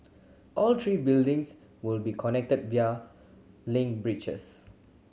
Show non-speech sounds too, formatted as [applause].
all three buildings will be connected [unintelligible] link bridges